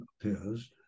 appears